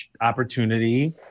opportunity